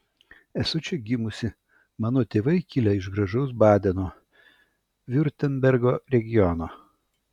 esu čia gimusi mano tėvai kilę iš gražaus badeno viurtembergo regiono